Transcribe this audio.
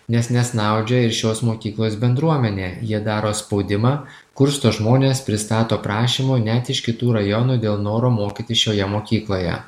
nes nesnaudžia ir šios mokyklos bendruomenė jie daro spaudimą kursto žmones pristato prašymų net iš kitų rajonų dėl noro mokytis šioje mokykloje